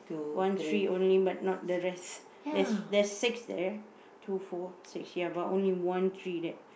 one tree only but not the rest there's there's six there two four six ya but only one tree there